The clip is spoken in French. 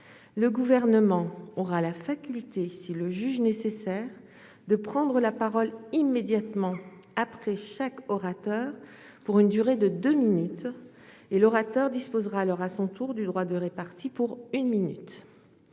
le Gouvernement aura la faculté, s'il le juge nécessaire, de prendre la parole immédiatement après chaque orateur pour une durée de deux minutes ; l'auteur de la question disposera alors à son tour du droit de répliquer pendant une minute.